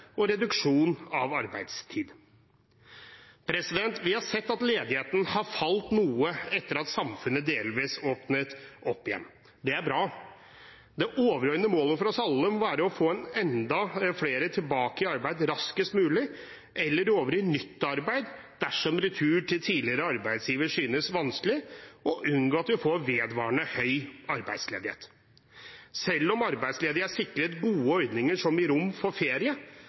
og reduksjon av arbeidstid. Vi har sett at ledigheten har falt noe etter at samfunnet delvis åpnet opp igjen. Det er bra. Det overordnete målet for oss alle må være å få enda flere tilbake i arbeid raskest mulig, eller over i nytt arbeid dersom retur til tidligere arbeidsgiver synes vanskelig, og unngå at vi får vedvarende høy arbeidsledighet. Selv om arbeidsledige er sikret gode ordninger som gir rom for ferie,